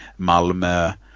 Malmö